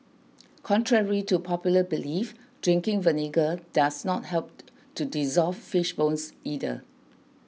contrary to popular belief drinking vinegar does not help to dissolve fish bones either